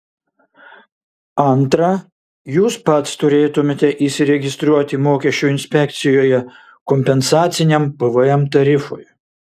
antra jūs pats turėtumėte įsiregistruoti mokesčių inspekcijoje kompensaciniam pvm tarifui